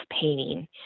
painting